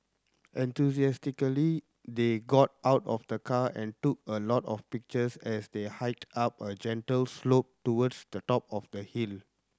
enthusiastically they got out of the car and took a lot of pictures as they hiked up a gentle slope towards the top of the hill